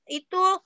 itu